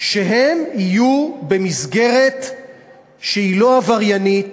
שהם יהיו במסגרת שהיא לא עבריינית